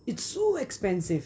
it's so expensive